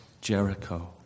Jericho